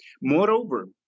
Moreover